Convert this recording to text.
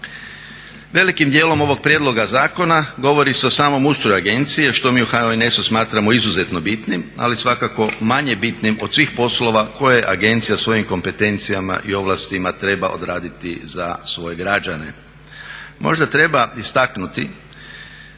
Velikim dijelom ovog prijedloga zakona govori se o samom ustroju agencije što mi u HNS-u smatramo izuzetno bitnim, ali svakako manje bitnim od svih poslova koje agencija svojim kompetencijama i ovlastima treba odraditi za svoje građane. Možda treba istaknuti